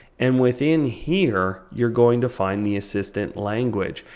and within here you're going to find the assistant language.